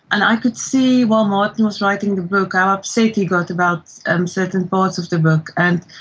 and i could see while martin was writing the book how upset he got about um certain parts of the book. and